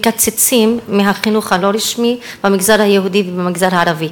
מקצצים מהחינוך הלא-רשמי במגזר היהודי ובמגזר הערבי,